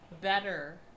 better